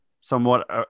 somewhat